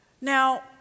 Now